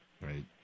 Right